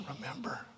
remember